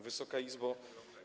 Wysoka Izbo!